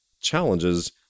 challenges